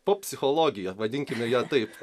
po psichologija vadinkime ją taip